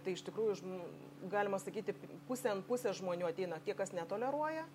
tai iš tikrųjų žm galima sakyti pusė ant pusės žmonių ateina tie kas netoleruoja